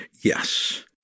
Yes